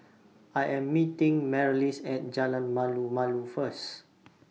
I Am meeting Marlys At Jalan Malu Malu First